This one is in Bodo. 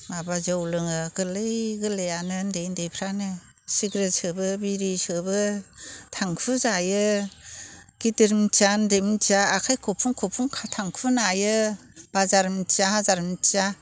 माबा जौ लोङो गोरलै गोरलैआनो उन्दै उन्दैफ्रानो सिगारेट सोबो बिरि सोबो थांखु जायो गिदिर मिथिया उन्दै मिथिया आखाइ खबफुं खबफुं थांखु नायो बाजार मिथिया हाजार मिथिया